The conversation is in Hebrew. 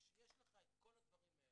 וכשיש לך את כל הדברים האלה,